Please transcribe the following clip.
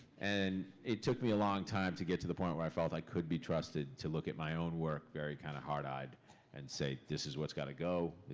and it took me a long time to get to the point where i felt i could be trusted to look at my own work very kinda hard-eyed and say, this is what's gotta go.